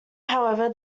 however